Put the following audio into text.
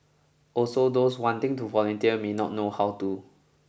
also those wanting to volunteer may not know how to